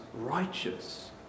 righteous